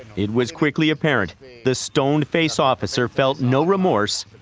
it was quickly apparent the stone-faced officer felt no remorse.